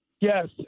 Yes